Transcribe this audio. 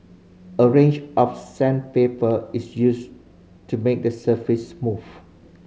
a range of sandpaper is used to make the surface smooth